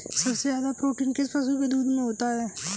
सबसे ज्यादा प्रोटीन किस पशु के दूध में होता है?